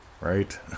right